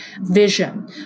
vision